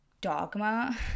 dogma